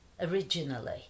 originally